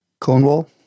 Cornwall